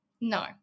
No